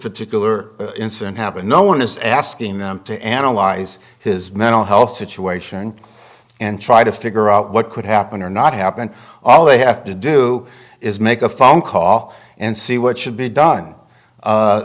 particular incident happened no one is asking them to analyze his mental health situation and try to figure out what could happen or not happen all they have to do is make a phone call and see what should be done